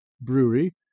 brewery